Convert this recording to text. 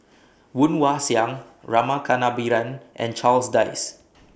Woon Wah Siang Rama Kannabiran and Charles Dyce